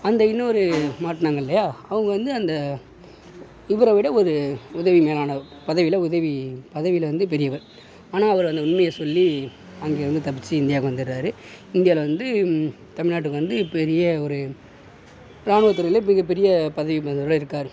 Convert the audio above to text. அந்த இன்னொரு மாட்டினாங்க இல்லையா அவங்கள் வந்து அந்த இவரை விட ஒரு உதவி மேலானவர் பதவியில் உதவி பதவியில் வந்து பெரியவர் ஆனால் அவர் அந்த உண்மையை சொல்லி அங்கே இருந்து தப்பித்து இந்தியாக்கு வந்துடுறாரு இந்தியாவில் வந்து தமிழ்நாட்டுக்கு வந்து பெரிய ஒரு ராணுவ துறையில் மிக பெரிய பதவிமேல் இருக்கார்